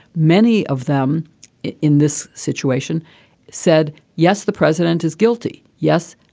many of them in this situation said, yes, the president is guilty. yes,